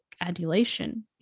adulation